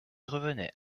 revenaient